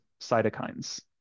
cytokines